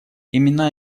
именно